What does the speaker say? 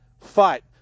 Fight